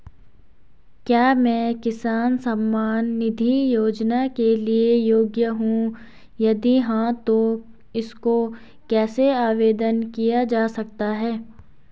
क्या मैं किसान सम्मान निधि योजना के लिए योग्य हूँ यदि हाँ तो इसको कैसे आवेदन किया जा सकता है?